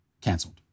canceled